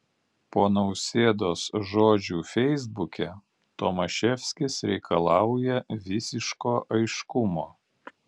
po nausėdos žodžių feisbuke tomaševskis reikalauja visiško aiškumo